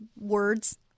words